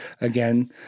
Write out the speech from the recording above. again